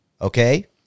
okay